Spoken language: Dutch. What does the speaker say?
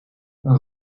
een